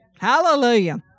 Hallelujah